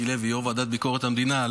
ועדת ביקורת המדינה,